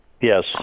yes